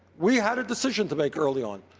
we had a decision to make early on,